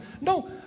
No